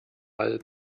alt